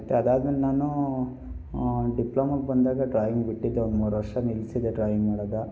ಮತ್ತು ಅದಾದ್ಮೇಲೆ ನಾನೂ ಡಿಪ್ಲಮೋಗೆ ಬಂದಾಗ ಡ್ರಾಯಿಂಗ್ ಬಿಟ್ಟಿದ್ದೆ ಒಂದ್ಮೂರು ವರ್ಷ ನಿಲ್ಲಿಸಿದ್ದೆ ಡ್ರಾಯಿಂಗ್ ಮಾಡೋದು